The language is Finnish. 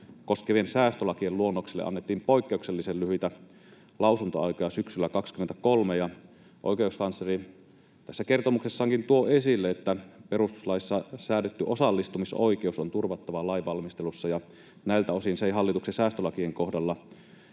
koskevien säästölakien luonnokselle annettiin poikkeuksellisen lyhyitä lausuntoaikoja syksyllä 23. Oikeuskansleri tässä kertomuksessaankin tuo esille, että perustuslaissa säädetty osallistumisoikeus on turvattava lainvalmistelussa, ja näiltä osin se ei hallituksen säästölakien kohdalla